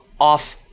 off